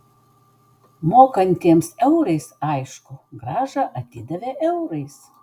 mokantiems eurais aišku grąžą atidavė eurais